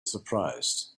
surprised